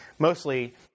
Mostly